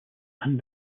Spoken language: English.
and